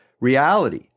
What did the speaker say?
reality